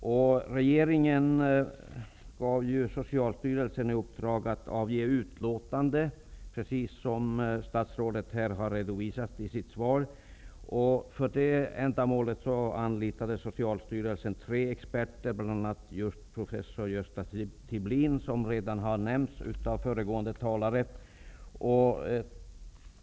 Regeringen gav Socialstyrelsen i uppdrag att avge ett utlåtande, precis som statsrådet redovisade i sitt svar. För det ändamålet anlitade Socialstyrelsen tre experter, bl.a. just professor Gösta Tibblin, som redan har nämnts av föregående talare.